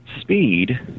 speed